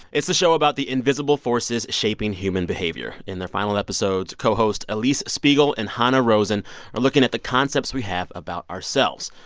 it's a show about the invisible forces shaping human behavior. in their final episodes, co-host alix spiegel and hanna rosin are looking at the concepts we have about ourselves.